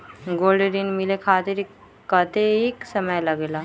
Gold ऋण मिले खातीर कतेइक समय लगेला?